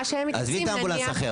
מה שהם --- עזבי את האמבולנס האחר.